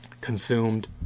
consumed